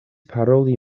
paroli